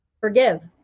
forgive